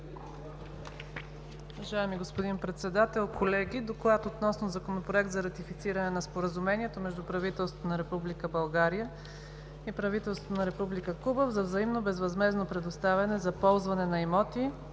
Уважаеми господин Председател, колеги! „ДОКЛАД относно Законопроект за ратифициране на Споразумението между правителството на Република България и правителството на Република Куба за взаимно безвъзмездно предоставяне за ползване на имоти